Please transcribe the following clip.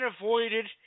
avoided